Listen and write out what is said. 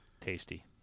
tasty